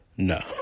No